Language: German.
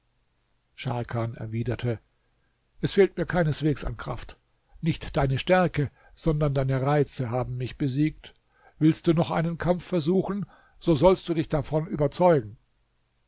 scharkan erwiderte es fehlt mir keineswegs an kraft nicht deine stärke sondern deine reize haben mich besiegt willst du noch einen kampf versuchen so sollst du dich davon überzeugen